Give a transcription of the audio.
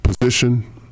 position